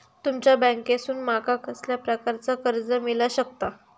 तुमच्या बँकेसून माका कसल्या प्रकारचा कर्ज मिला शकता?